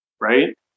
right